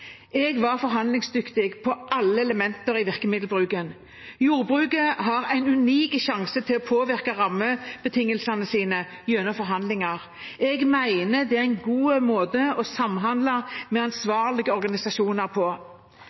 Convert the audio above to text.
virkemiddelbruken. Jordbruket har en unik sjanse til å påvirke rammebetingelsene sine gjennom forhandlinger. Jeg mener det er en god måte å samhandle med ansvarlige organisasjoner på.